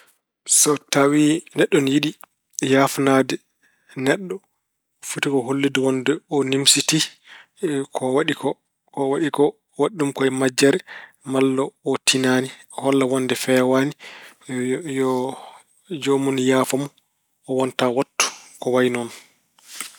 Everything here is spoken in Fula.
So tawi neɗɗo ina yiɗi yaafnaade neɗɗo, foti ko hollitde wonde o nimsitii ko waɗi ko. Ko waɗi ko, o waɗi ɗum ko e majjere, malla o tinaani. O holla wonde feewaani yo- yoo joomun yaafo mo, o wontaa waɗtu ko wayi noon.